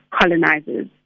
Colonizers